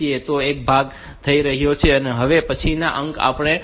તો એક ભાગ થઈ ગયો છે અને હવે પછીનો અંક આપણી પાસે છે